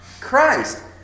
Christ